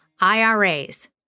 IRAs